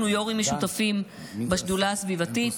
אנחנו יו"רים משותפים בשדולה הסביבתית,